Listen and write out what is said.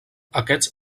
aquests